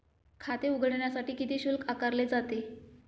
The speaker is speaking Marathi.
खाते उघडण्यासाठी किती शुल्क आकारले जाते?